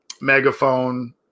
Megaphone